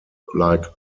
like